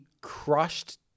crushed